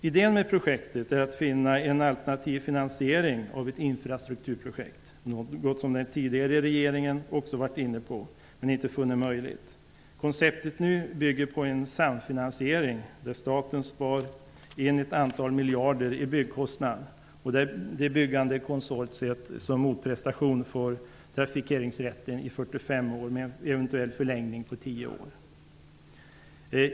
Idén med projektet är att finna en alternativ finansiering av ett infrastrukturprojekt, något som också den tidigare regeringen varit inne på men inte funnit möjligt. Det nu föreslagna konceptet bygger på en samfinansiering, där staten spar in ett antal miljarder i byggkostnad och där det byggande konsortiet som motprestation får trafikeringsrätten i 45 år, eventuellt med en förlängning med 10 år.